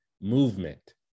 movement